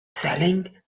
selling